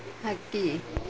ಹಕ್ಕಿ